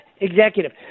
executive